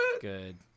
good